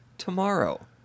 tomorrow